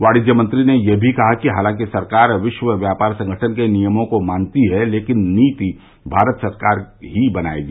वाणिज्य मंत्री ने यह भी कहा कि हालांकि सरकार विश्व व्यापार संगठन के नियमों को मानती है लेकिन नीति भारत सरकार ही बनाएगी